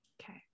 Okay